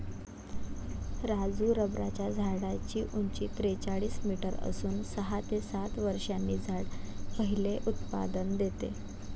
राजू रबराच्या झाडाची उंची त्रेचाळीस मीटर असून सहा ते सात वर्षांनी झाड पहिले उत्पादन देते